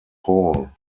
paul